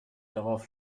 darauf